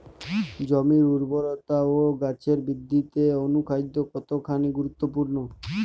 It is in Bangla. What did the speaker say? জমির উর্বরতা ও গাছের বৃদ্ধিতে অনুখাদ্য কতখানি গুরুত্বপূর্ণ?